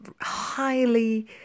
highly